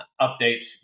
updates